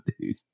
dude